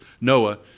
Noah